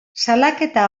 salaketa